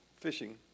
fishing